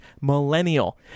millennial